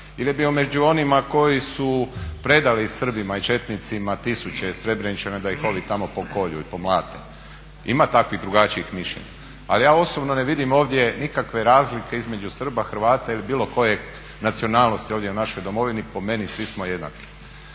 je bio među onima koji su predali Srbima i četnicima tisuće srebreničana da ih ovi tamo pokolju i pomlate. Ima takvih drugačijih mišljenja. Ali ja osobno ne vidim ovdje nikakve razlike između Srba, Hrvata ili bilo koje nacionalnosti ovdje u našoj domovini. Po meni svi smo jednaki.